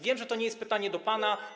Wiem, że to nie jest pytanie do pana.